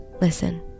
Listen